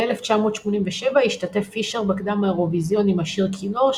ב-1987 השתתף פישר בקדם האירוויזיון עם השיר "כינור",